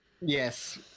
yes